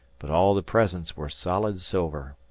but all the presents were solid silver.